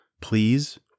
please